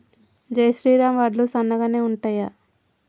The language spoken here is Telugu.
జై శ్రీరామ్ వడ్లు సన్నగనె ఉంటయా?